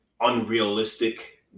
unrealistic